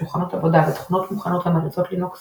שולחנות עבודה ותכונות מוכנות המריצות לינוקס